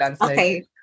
okay